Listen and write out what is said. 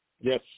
Yes